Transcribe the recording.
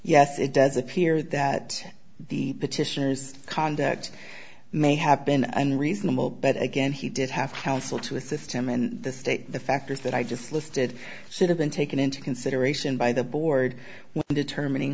yes it does appear that the petitioners conduct may have been unreasonable but again he did have counsel to assist him in the state the factors that i just listed should have been taken into consideration by the board when determining